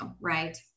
Right